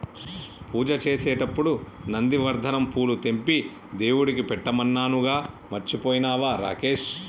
పూజ చేసేటప్పుడు నందివర్ధనం పూలు తెంపి దేవుడికి పెట్టమన్నానుగా మర్చిపోయినవా రాకేష్